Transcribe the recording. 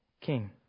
king